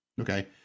Okay